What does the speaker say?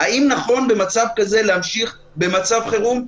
האם נכון במצב כזה להמשיך במצב חירום?